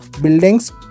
buildings